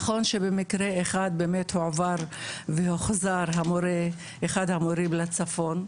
נכון שבמקרה אחד הועבר והוחזר אחד המורים לצפון,